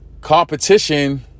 competition